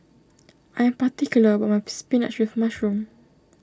I am particular about my Spinach with Mushroom